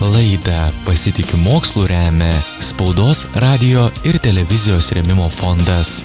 laidą pasitikiu mokslu remia spaudos radijo ir televizijos rėmimo fondas